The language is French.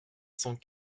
cent